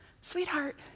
sweetheart